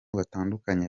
batandukanye